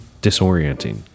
disorienting